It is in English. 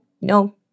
no